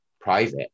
private